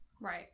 Right